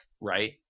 Right